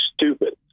stupid